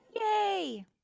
Yay